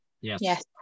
Yes